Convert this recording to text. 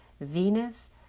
Venus